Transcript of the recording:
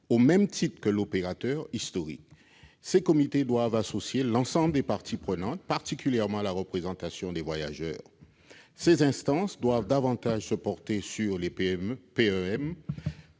au même titre que l'opérateur historique. Ces comités doivent associer l'ensemble des parties prenantes, particulièrement la représentation des voyageurs. Ces instances doivent davantage se porter sur les